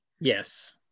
Yes